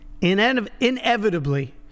inevitably